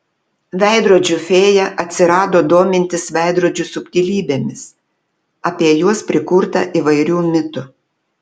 veidrodžių fėja atsirado domintis veidrodžių subtilybėmis apie juos prikurta įvairių mitų